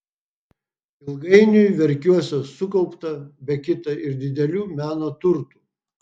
ilgainiui verkiuose sukaupta be kita ir didelių meno turtų